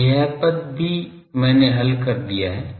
तो यह पद भी मैंने हल कर दिया है